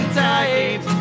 tight